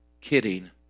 kidding